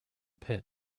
pit